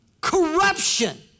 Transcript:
Corruption